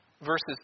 Verses